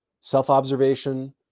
self-observation